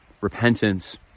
repentance